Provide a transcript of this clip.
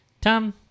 Tom